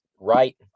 Right